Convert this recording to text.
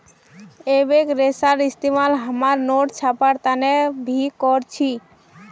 एबेक रेशार इस्तेमाल हमरा नोट छपवार तने भी कर छी